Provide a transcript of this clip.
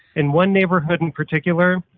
in one neighborhood in particular,